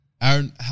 Aaron